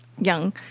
Young